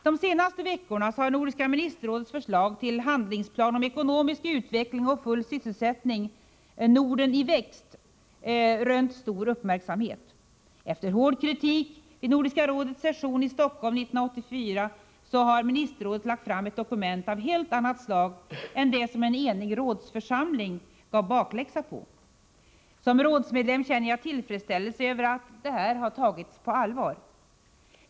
De senaste veckorna har Nordiska ministerrådets förslag till handlingsplan om ekonomisk utveckling och full sysselsättning, ”Norden i vekst” som det heter på norska, rönt stor uppmärksamhet. Efter hård kritik vid Nordiska rådets session i Stockholm 1984 har ministerrådet lagt fram ett dokument av helt annat slag än det som en enig rådsförsamling gav bakläxa på. Som rådsmedlem känner jag tillfredsställelse över att kritiken har tagits på allvar.